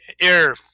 air